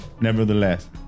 nevertheless